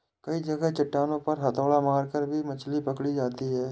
कई जगह चट्टानों पर हथौड़ा मारकर भी मछली पकड़ी जाती है